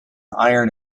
iron